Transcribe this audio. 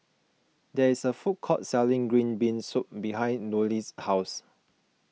there is a food court selling Green Bean Soup behind Nolie's house